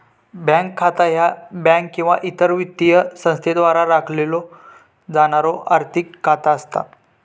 bank खाता ह्या bank किंवा इतर वित्तीय संस्थेद्वारा राखलो जाणारो आर्थिक खाता असता